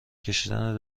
کشیدن